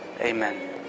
Amen